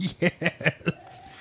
Yes